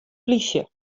plysje